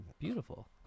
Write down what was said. beautiful